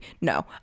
No